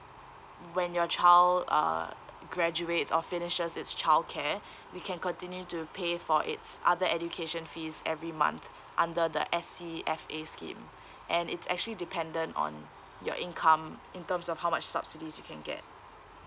when your child uh graduates or finishes its childcare we can continue to pay for its other education fees every month under the S_C_F_A scheme and it's actually dependent on your income in terms of how much subsidies you can get